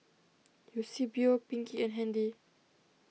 Eusebio Pinkie and Handy